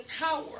power